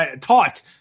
taught